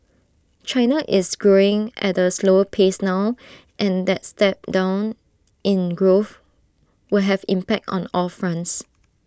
China is green at A slower pace now and that step down in growth will have impact on all fronts